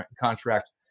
contract